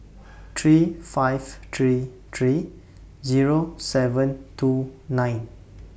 three five three three Zero seven two nine